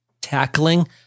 tackling